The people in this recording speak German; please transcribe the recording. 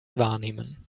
wahrnehmen